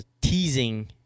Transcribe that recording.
Teasing